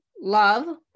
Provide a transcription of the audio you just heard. love